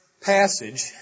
passage